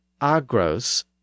agros